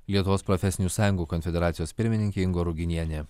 lietuvos profesinių sąjungų konfederacijos pirmininkė inga ruginienė